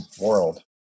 world